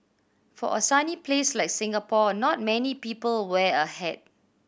for a sunny place like Singapore not many people wear a hat